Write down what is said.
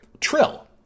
Trill